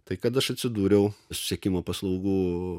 tai kad aš atsidūriau susisiekimo paslaugų